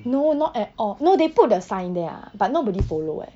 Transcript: no not at all no they put the sign there ah but nobody follow eh